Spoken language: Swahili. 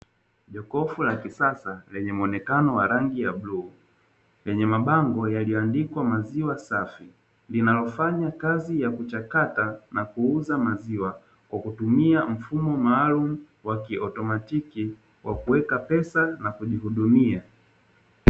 Jokofu la kisasa lenye muonekano wa rangi ya bluu, lenye mabango yaliyoandikwa maziwa safi. Linalofanya kazi ya kuchakata na kuuza maziwa kwa kutumia mfumo maalumu wa kiautomatiki wa kuweka pesa na kujihudumia.